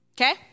Okay